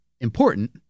important